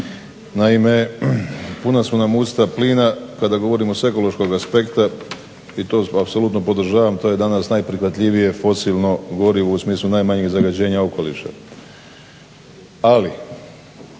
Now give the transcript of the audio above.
Naime puna su nam usta plina kada govorimo s ekološkog aspekta i to apsolutno podržavam. To je danas najprihvatljivije fosilno gorivo u smislu najmanjeg zagađenja okoliša.